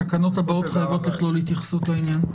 התקנות הבאות חייבות לכלול התייחסות לעניין.